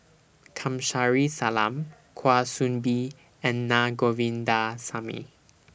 Kamsari Salam Kwa Soon Bee and Naa Govindasamy